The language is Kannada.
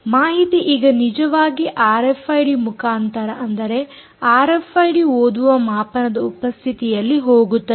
ಮಾಹಿತಿ ಈಗ ನಿಜವಾಗಿ ಆರ್ಎಫ್ಐಡಿ ಮುಖಾಂತರ ಅಂದರೆ ಆರ್ಎಫ್ಐಡಿ ಓದುವ ಮಾಪನದ ಉಪಸ್ಥಿತಿಯಲ್ಲಿ ಹೋಗುತ್ತದೆ